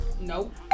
Nope